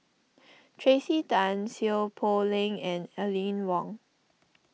Tracey Tan Seow Poh Leng and Aline Wong